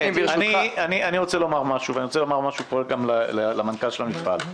אני רוצה לומר משהו גם למנכ"ל של המפעל.